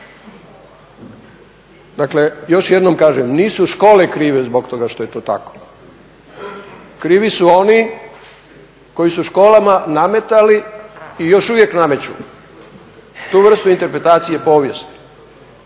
Dakle, još jednom kažem nisu škole krive zbog toga što je to tako, krivi su oni koji su školama nametali i još uvijek nameću tu vrstu interpretacije povijesti.